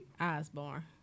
Osborne